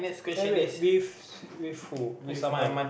eh wait with with who with someone